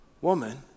woman